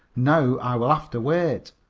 now i will have to wait.